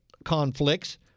conflicts